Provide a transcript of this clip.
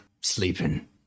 sleeping